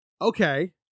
Okay